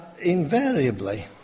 invariably